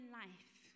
life